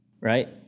right